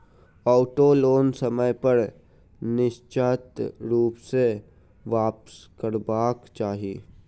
auto loan समय पर निश्चित रूप सॅ वापसकरबाक चाही